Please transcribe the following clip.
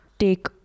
take